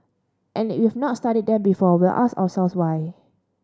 and if not studied them before we'll ask ourselves why